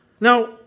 Now